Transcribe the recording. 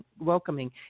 welcoming